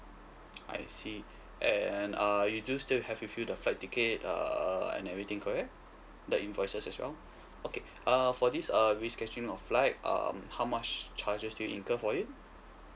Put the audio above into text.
I see and uh you do still have with you the flight ticket err and everything correct the invoices as well okay uh for this uh rescheduling of flight um how much charges do you incur for it